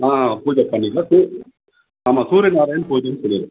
ஆ பூஜை பண்ணிக்கலாம் ச ஆமாம் சூர்யநாராயணா பூஜைனு பேர்